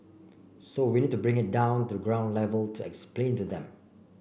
so we need to bring it down to the ground level to explain to them